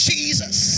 Jesus